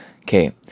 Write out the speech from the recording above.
Okay